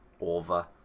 over